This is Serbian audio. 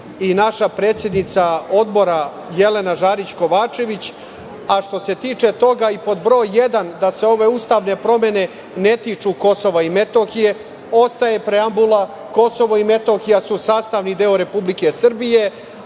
i naša predsednica Odbora, Jelena Žarić Kovačević, a što se tiče toga i pod broje jedna, da se ove ustavne promene ne tiču Kosova i Metohije, ostaje preambula, Kosovo i Metohija su sastavni deo Republike Srbije,